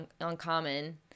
uncommon